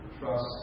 trust